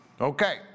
Okay